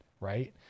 right